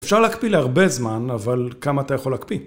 אפשר להקפיא להרבה זמן, אבל כמה אתה יכול להקפיא?